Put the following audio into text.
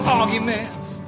arguments